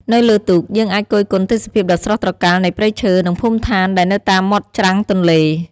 នៅលើទូក យើងអាចគយគន់ទេសភាពដ៏ស្រស់ត្រកាលនៃព្រៃឈើ និងភូមិឋានដែលនៅតាមមាត់ច្រាំងទន្លេ។